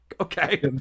okay